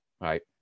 right